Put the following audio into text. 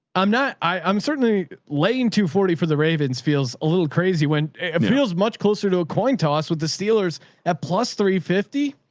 i'm not, i i'm certainly laying two forty for the ravens feels a little crazy when it feels much closer to a coin toss with the steelers at plus three fifty,